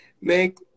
make